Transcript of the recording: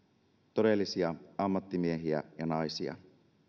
todellisia ammattimiehiä ja naisia